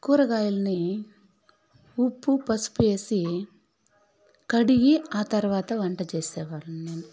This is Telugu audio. కూరగాయలని ఉప్పు పసుపు వేసి కడిగి ఆ తర్వాత వంట చేసేవాళ్లము నేను